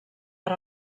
per